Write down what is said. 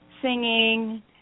Singing